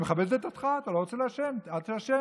אני מכבד את דעתך, אתה לא רוצה לעשן, אל תעשן,